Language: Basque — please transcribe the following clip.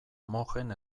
mojen